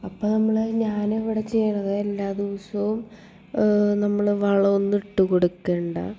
അപ്പോൾ നമ്മൾ ഞാനിവിടെ ചെയ്യണത് എല്ലാ ദിവസവും നമ്മൾ വളമൊന്നുമിട്ട് കൊടുക്കേണ്ട